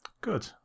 good